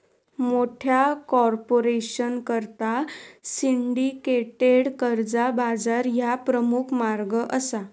मोठ्या कॉर्पोरेशनकरता सिंडिकेटेड कर्जा बाजार ह्या प्रमुख मार्ग असा